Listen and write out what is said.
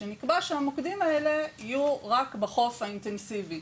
שנקבע שהמוקדים האלה יהיו רק בחוף האינטנסיבי,